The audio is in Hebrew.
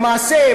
במעשה,